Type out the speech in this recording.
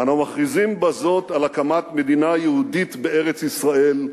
"אנו מכריזים בזאת על הקמת מדינה יהודית בארץ-ישראל,